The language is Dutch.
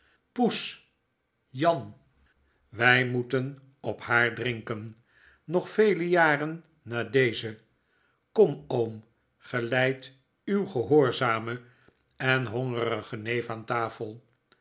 poes jan wy moeten op haar drinken nog vele jaren na dezen kom oom geleid uw gehoorzamen en hongerigen neef aan tafel